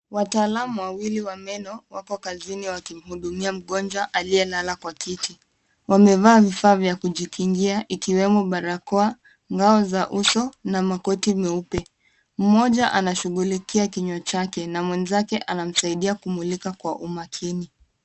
Wataalamu wawili wa meno wako kazini wakimhudumia mgonjwa aliyelala kwa kiti. Wamevaa vifaa vya kujikingia ikiwemo barakoa, ngao za uso na makoti meupe. Mmoja anashughulikia kinywa chake na mwenzake anamsaidia kumulika kwa umakini.